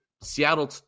Seattle